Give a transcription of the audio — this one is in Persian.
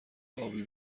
آبی